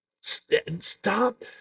Stop